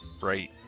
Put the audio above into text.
right